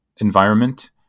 environment